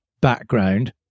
background